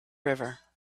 river